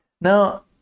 Now